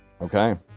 Okay